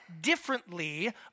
differently